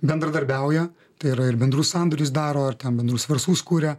bendradarbiauja tai yra ir bendrus sandorius daro ar ten bendrus verslus kuria